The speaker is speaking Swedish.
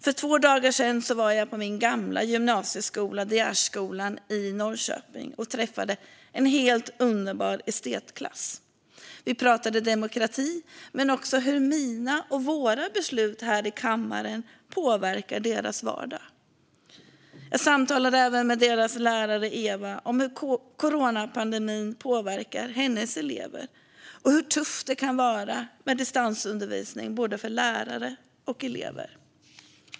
För två dagar sedan var jag på min gamla gymnasieskola, De Geergymnasiet i Norrköping, och träffade en helt underbar estetklass. Vi pratade om demokrati men också om hur mina och våra beslut här i kammaren påverkar deras vardag. Jag samtalade även med deras lärare Eva om hur coronapandemin påverkar hennes elever och hur tufft det kan vara med distansundervisning för både lärare och elever.